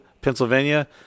Pennsylvania